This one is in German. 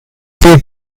sehr